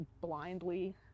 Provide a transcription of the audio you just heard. blindly